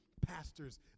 pastors